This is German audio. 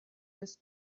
bis